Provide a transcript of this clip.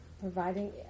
providing